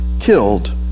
killed